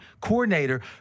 coordinator